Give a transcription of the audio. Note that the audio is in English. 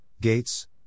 Gates